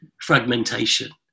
fragmentation